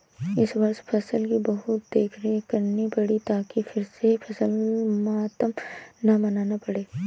इस वर्ष फसल की बहुत देखरेख करनी पड़ी ताकि फिर से फसल मातम न मनाना पड़े